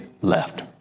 left